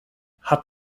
hab